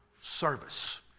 service